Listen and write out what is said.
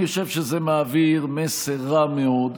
אני חושב שזה מעביר מסר רע מאוד,